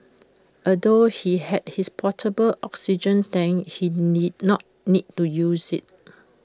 although he had his portable oxygen tank he need not need to use IT